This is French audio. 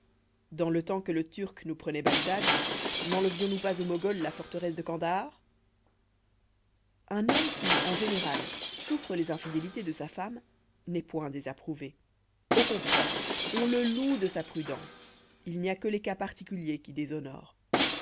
dans le temps que le turc nous prenoit bagdad nenlevions nous pas au mogol la forteresse de candahar un homme qui en général souffre les infidélités de sa femme n'est point désapprouvé au contraire on le loue de sa prudence il n'y a que les cas particuliers qui déshonorent